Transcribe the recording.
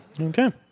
Okay